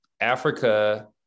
Africa